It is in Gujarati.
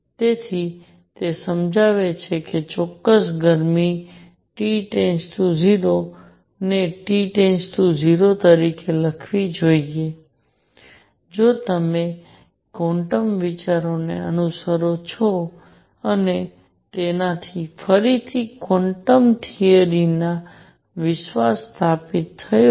તેથી તે સમજાવે છે કે ચોક્કસ ગરમી → 0 ને T → 0 તરીકે હોવી જોઈએ જો તમે ક્વોન્ટમ વિચારોને અનુસરો છો અને તેનાથી ફરીથી ક્વોન્ટમ થિયરીમાં વિશ્વાસ સ્થાપિત થયો છે